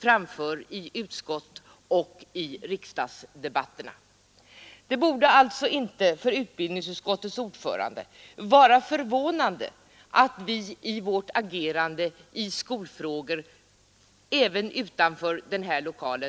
framför i utskott och kammardebatter. Det borde alltså inte för utbildningsutskottets ordförande vara förvånande att vi i vårt agerande i skolfrågor även utanför riksdagen framför våra åsikter.